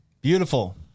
Beautiful